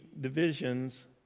divisions